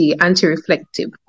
anti-reflective